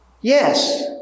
Yes